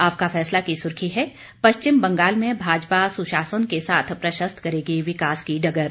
आपका फैसला की सुर्खी है पश्चिम बंगाल में भाजपा सुशासन के साथ प्रशस्त करेगी विकास की डगर